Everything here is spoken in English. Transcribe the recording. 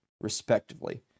respectively